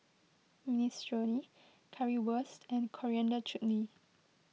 Minestrone Currywurst and Coriander Chutney